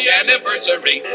anniversary